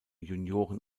junioren